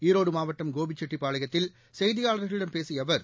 ஈரோடு மாவட்டம் கோபிச்செட்டிப்பாளையத்தில் செய்தியாளர்களிடம் பேசிய அவர்